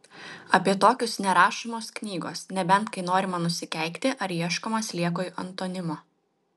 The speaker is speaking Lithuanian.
apie tokius nerašomos knygos nebent kai norima nusikeikti ar ieškoma sliekui antonimo